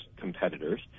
competitors